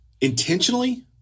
Intentionally